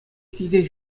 килте